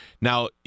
Now